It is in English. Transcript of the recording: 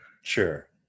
Sure